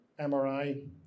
MRI